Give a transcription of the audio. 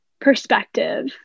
perspective